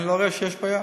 אני לא רואה שיש בעיה,